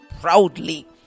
proudly